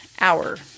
hour